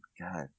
god